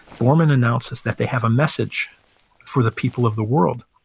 borman announces that they have a message for the people of the world.